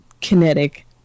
kinetic